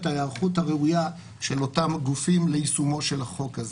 ההיערכות הראויה של אותם גופים ליישומו של החוק הזה.